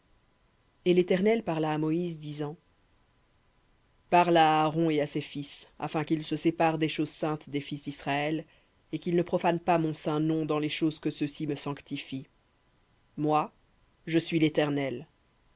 et l'éternel parla à moïse disant parle à aaron et à ses fils afin qu'ils se séparent des choses saintes des fils d'israël et qu'ils ne profanent pas mon saint nom dans les choses que ceux-ci me sanctifient moi je suis l'éternel